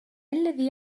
الذي